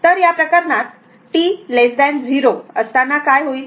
तर या प्रकरणात t 0 असताना काय होईल